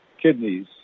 kidneys